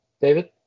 david